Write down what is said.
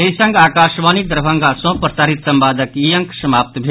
एहि संग आकाशवाणी दरभंगा सँ प्रसारित संवादक ई अंक समाप्त भेल